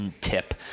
tip